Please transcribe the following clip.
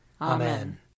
Amen